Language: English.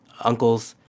uncles